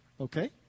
okay